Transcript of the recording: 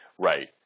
Right